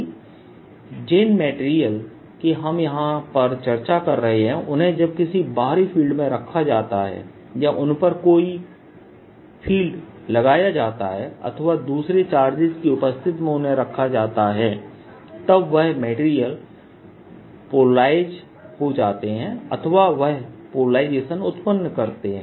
dS Er V हालाँकि जिन material की हम यहां पर चर्चा कर रहे हैं उन्हें जब किसी बाहरी फील्ड में रखा जाता है या उन पर यदि कोई फील्ड लगाया जाता है अथवा दूसरे चार्जेस की उपस्थिति में उन्हें रखा जाता है तब वह मटेरियल पोलराइज हो जाते हैं अथवा वह पोलराइजेशन उत्पन्न करते हैं